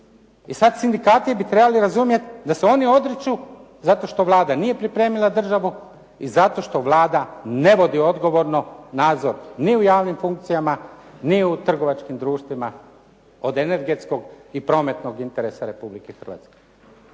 I sada bi sindikati trebali razumjeti da se oni odriču zato što Vlada nije pripremila državu i zato što Vlada ne vodi odgovorno nadzor ni u javnim funkcijama, ni u trgovačkim društvima, od energetskog i prometnog interesa Republike Hrvatske.